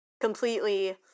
completely